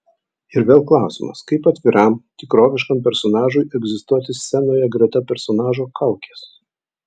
ir vėl klausimas kaip atviram tikroviškam personažui egzistuoti scenoje greta personažo kaukės